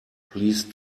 please